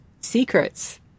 Secrets